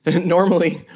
Normally